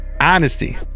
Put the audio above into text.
honesty